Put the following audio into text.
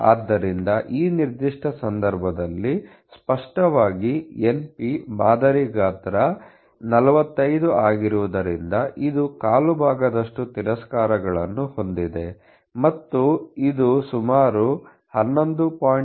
ಆದ್ದರಿಂದ ಈ ನಿರ್ದಿಷ್ಟ ಸಂದರ್ಭದಲ್ಲಿ ಸ್ಪಷ್ಟವಾಗಿ np ಮಾದರಿ ಗಾತ್ರ 45 ಆಗಿರುವುದರಿಂದ ಇದು ಕಾಲು ಭಾಗದಷ್ಟು ತಿರಸ್ಕರಗಳನ್ನು14th rejects ಹೊಂದಿದೆ ಮತ್ತು ಇದು ಸುಮಾರು 11